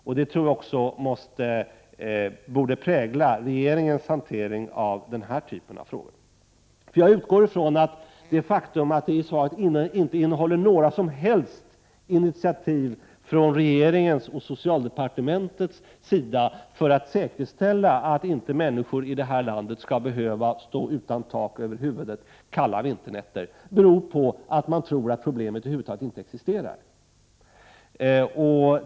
Jag tycker att detta borde prägla också regeringens hantering av den här typen av ärenden. Jag utgår ifrån att det faktum, att svaret inte innehåller några som helst besked om initiativ från Ch regeringen eller socialdepartementet för att säkerställa att människor i det här landet inte skall behöva stå utan tak över huvudet under kalla vinternätter, beror på att man tror att problemet över huvud taget inte existerar.